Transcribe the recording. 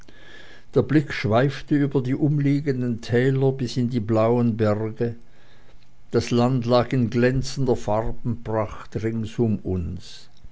der blick schweifte über die umliegenden täler bis in die blauen berge das land lag in glänzender farbenpracht rings um uns